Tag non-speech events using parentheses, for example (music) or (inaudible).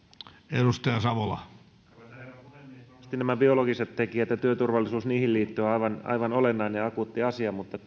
arvoisa herra puhemies varmasti nämä biologiset tekijät ja työturvallisuus niihin liittyen ovat aivan olennainen ja akuutti asia mutta (unintelligible)